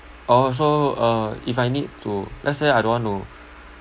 orh so uh if I need to let's say I don't want to